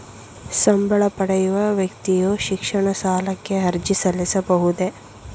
ಸಂಬಳ ಪಡೆಯುವ ವ್ಯಕ್ತಿಯು ಶಿಕ್ಷಣ ಸಾಲಕ್ಕೆ ಅರ್ಜಿ ಸಲ್ಲಿಸಬಹುದೇ?